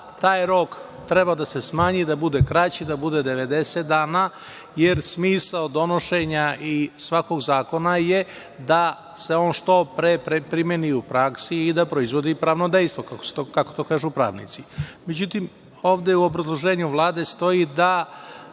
taj rok treba da se smanji, da bude kraći, da bude 90 dana, jer smisao donošenja svakog zakona je da se on što pre primeni u praksi i da proizvodi pravno dejstvo, kako to kažu pravnici.Međutim, ovde u obrazloženju Vlade stoji da